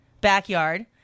backyard